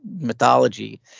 mythology